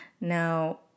now